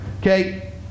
Okay